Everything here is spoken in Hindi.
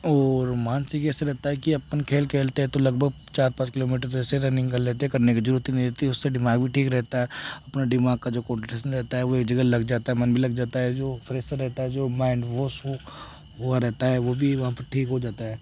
और मानसिक ऐसा रहता है कि अपन खेल खेलते हैं तो लगभग चार पाँच किलोमीटर तो ऐसे रनिंग कर लेते करने की ज़रूरत नहीं होती उससे दिमाग भी ठीक रहता है अपने दिमाग का जो रहता है वो एक जगह लग जाता है मन भी लग जाता है जो फ्रेश रहता है जो माइंडवॉश हो रहता है वह भी वहाँ से ठीक हो जाता है